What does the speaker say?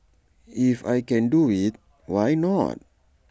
if I can do IT why not